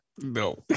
No